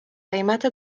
قیمت